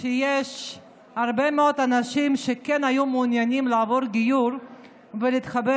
אנחנו רואים שיש הרבה מאוד אנשים שכן היו מעוניינים לעבור גיור ולהתכבד,